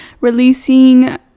releasing